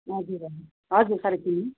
हजुर हजुर साढे तिनमा